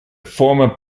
former